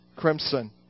Crimson